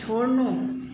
छोड्नु